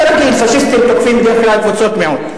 זה רגיל, פאשיסטים תוקפים בדרך כלל קבוצות מיעוט.